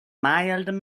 mild